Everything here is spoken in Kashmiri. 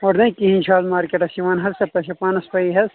اورٕ نَے کِہیٖنۍ چھُ آز مارکیٹَس یِوان حظ سَر تۄہہِ چھو پانَس پَیی حظ